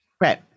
Right